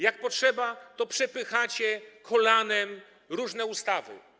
Jak potrzeba, to przepychacie kolanem różne ustawy.